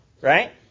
Right